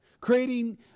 creating